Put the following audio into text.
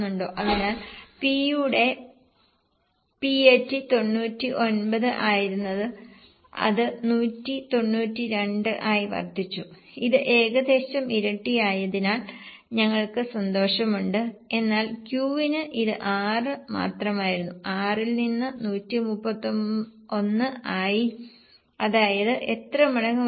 അതിനാൽ P യുടെ PAT 99 ആയിരുന്നത് അത് 192 ആയി വർദ്ധിച്ചു ഇത് ഏകദേശം ഇരട്ടിയായതിൽ ഞങ്ങൾക്ക് സന്തോഷമുണ്ട് എന്നാൽ Q ന് ഇത് 6 മാത്രമായിരുന്നു 6 ൽ നിന്ന് 131 ആയി അതായത് എത്ര മടങ്ങ് വർദ്ധിച്ചു